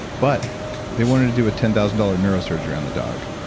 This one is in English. but they wanted to do ten thousand dollars neurosurgery on the dog,